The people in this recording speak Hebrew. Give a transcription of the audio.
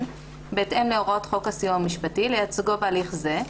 בהתאם להוראות חוק הסיוע המשפטי לייצגו בהליך זה,